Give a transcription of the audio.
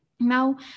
Now